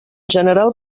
general